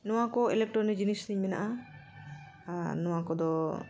ᱱᱚᱣᱟ ᱠᱚ ᱤᱞᱮᱠᱴᱨᱚᱱᱤᱠ ᱡᱤᱱᱤᱥᱛᱤᱧ ᱢᱮᱱᱟᱜᱼᱟ ᱟᱨ ᱱᱚᱣᱟ ᱠᱚᱫᱚ